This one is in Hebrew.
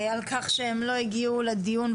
על כך שהם לא הגיעו לדיון,